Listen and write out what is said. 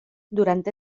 durante